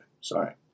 Sorry